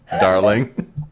darling